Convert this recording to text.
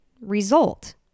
result